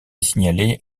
signalées